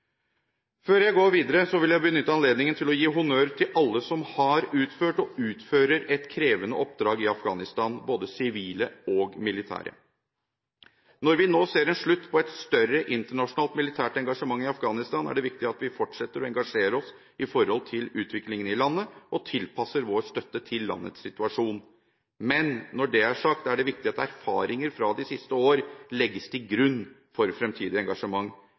Før jeg går videre, vil jeg benytte anledningen til å gi honnør til alle som har utført og utfører et krevende oppdrag i Afghanistan, både sivile og militære. Når vi nå ser en slutt på et større internasjonale militært engasjement i Afghanistan, er det viktig at vi fortsetter å engasjere oss i utviklingen i landet, og at vi tilpasser vår støtte til landets situasjon. Men når det er sagt, er det viktig at erfaringer fra de siste år legges til grunn for fremtidig engasjement.